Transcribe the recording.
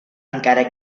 encara